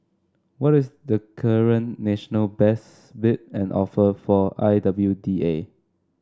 what is the current national best bid and offer for I W D A